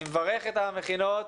אני מברך את המכינות.